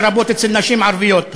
לרבות אצל נשים ערביות.